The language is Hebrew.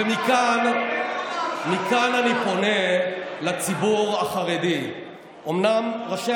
ומכאן אני פונה לציבור החרדי: אומנם ראשי